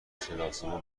صداسیما